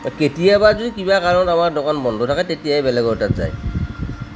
কেতিয়াবা যদি কিবা কাৰণত আমাৰ দোকান বন্ধ থাকে তেতিয়াহে বেলেগৰ তাত যায়